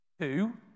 two